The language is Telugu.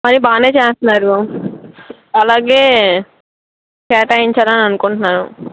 పని బాగానే చేస్తున్నారు అలాగే కేటాయించాలని అనుకుంటున్నాను